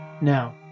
Now